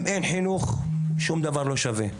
אם אין חינוך שום דבר לא שווה.